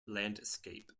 landscape